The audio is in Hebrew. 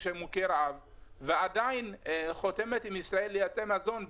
של מוכי רעב ועדיין חותמת עם ישראל לייצא מזון,